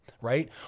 right